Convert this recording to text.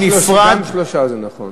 גם שלושה זה נכון.